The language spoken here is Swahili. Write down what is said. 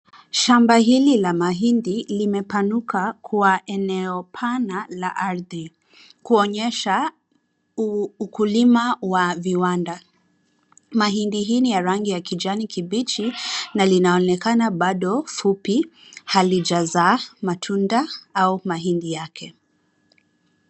Shamba hili la mahindi limepanuka kwa eneo pana la ardhi kuonyesha ukulima wa viwanda. Mahindi hii ni ya rangi ya kijani kibichi na linaonekana bado fupi, halijazaa matunda au mahindi yake.